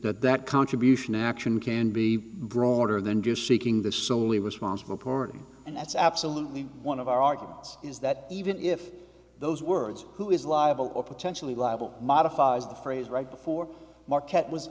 that that contribution action can be broader than just seeking the solely responsible party and that's absolutely one of our arguments is that even if those words who is liable or potentially liable modifies the phrase right before market was